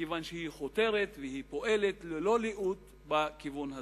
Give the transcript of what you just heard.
מכיוון שהיא חותרת ופועלת ללא לאות בכיוון הזה.